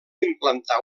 implantar